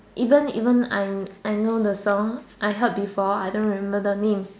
even even I'm I know the song I heard before I don't remember the name